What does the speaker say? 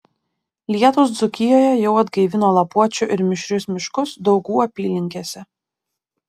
lietūs dzūkijoje jau atgaivino lapuočių ir mišrius miškus daugų apylinkėse